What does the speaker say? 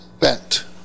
bent